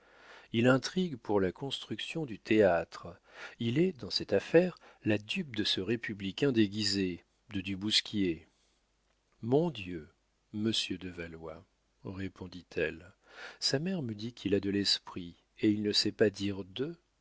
il intrigue pour la construction du théâtre il est dans cette affaire la dupe de ce républicain déguisé de du bousquier mon dieu monsieur de valois répondit-elle sa mère me dit qu'il a de l'esprit et il ne sait pas dire deux